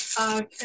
Okay